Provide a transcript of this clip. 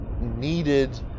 needed